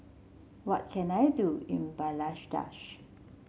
what can I do in Bangladesh